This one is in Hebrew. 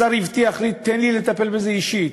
השר הבטיח לי: תן לי לטפל בזה אישית,